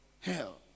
hell